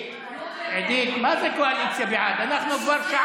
את הצעת חוק לתיקון פקודת מס הכנסה (פטור ממס על מענק ששולם